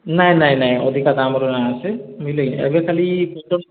ନାଇଁ ନାଇଁ ନାଇଁ ଅଧିକା କାମ୍ ର ନାଇଁ ଆସେ ବୁଝ୍ଲେକି ଏବେ ଖାଲି